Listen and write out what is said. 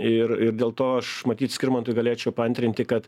ir ir dėl to aš matyt skirmantui galėčiau paantrinti kad